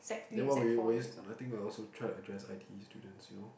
then what would you would you nothing but will also try to address I_T_E students you know